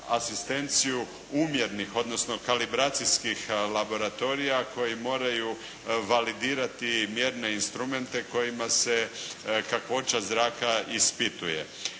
asistenciju umjernih odnosno kalibracijskih laboratorija koji moraju validirati mjerne instrumente kojima se kakvoća zraka ispituje.